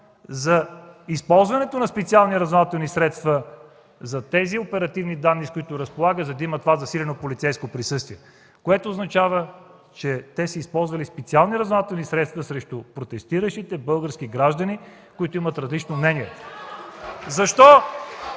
за използването на специални разузнавателни средства, за да разполага с тези оперативни данни, за да има това засилено полицейско присъствие. Това означава, че те са използвали специални разузнавателни средства срещу протестиращите български граждани, които имат различно мнение.